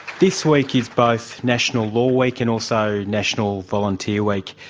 this week is both national law week and also national volunteer week.